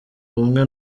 ubumwe